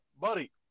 Buddy